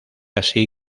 así